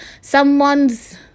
Someone's